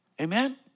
Amen